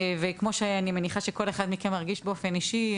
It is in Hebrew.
כמו שאני מניחה שכל אחד מכם מרגיש באופן אישי,